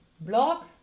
blog